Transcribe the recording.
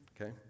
okay